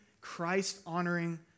Christ-honoring